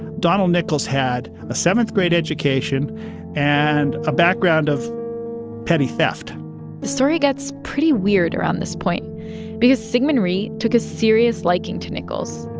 donald nichols had a seventh-grade education and a background of petty theft the story gets pretty weird around this point because syngman rhee took a serious liking to nichols,